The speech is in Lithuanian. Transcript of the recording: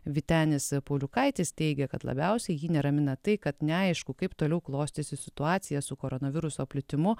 vytenis pauliukaitis teigia kad labiausiai jį neramina tai kad neaišku kaip toliau klostysis situacija su koronaviruso plitimu